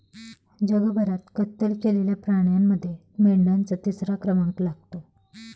जगभरात कत्तल केलेल्या प्राण्यांमध्ये मेंढ्यांचा तिसरा क्रमांक लागतो